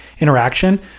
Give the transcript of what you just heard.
interaction